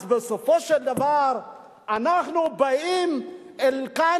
אז בסופו של דבר אנחנו באים לכאן,